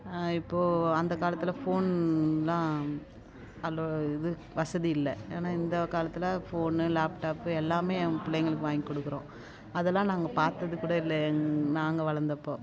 இப்போது அந்த காலத்தில் ஃபோன்லாம் அலோவ் இது வசதி இல்லை ஏன்னா இந்த காலத்தில் ஃபோனு லேப்டாப்பு எல்லாம் அவங்க பிள்ளைங்களுக்கு வாங்கி கொடுக்குறோம் அதலாம் நாங்கள் பார்த்தது கூட இல்லை எங்க நாங்கள் வளர்ந்தப்போ